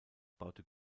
baute